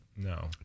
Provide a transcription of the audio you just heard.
No